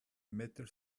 meter